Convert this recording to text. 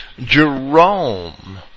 Jerome